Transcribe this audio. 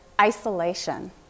Isolation